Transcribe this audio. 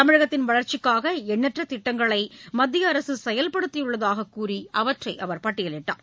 தமிழகத்தின் வளர்ச்சிக்காகஎண்ணற்றதிட்டங்களைமத்தியஅரசுசெயல்படுத்தியுள்ளதாககூறிஅவற்றைபட்டியலிட்டார்